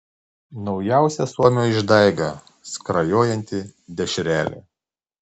naujausia suomio išdaiga skrajojanti dešrelė